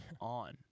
on